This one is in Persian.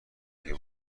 دیگه